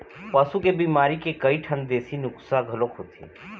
पशु के बिमारी के कइठन देशी नुक्सा घलोक होथे